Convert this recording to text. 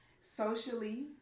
socially